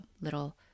little